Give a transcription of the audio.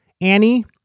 Annie